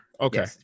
Okay